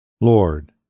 Lord